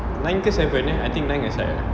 nine ke seven eh I think nine a side ah